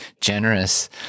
generous